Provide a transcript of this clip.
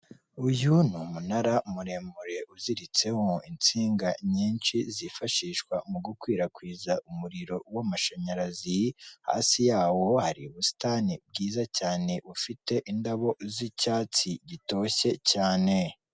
Uyu ni umunara muremure uziritseho insinga nyinshi zifashishwa mu gukwirakwiza umuriro w'amashanyarazi, hasi yawo hari ubusitani bwiza cyane bufite indabo z'icyatsi gitoshye cyane.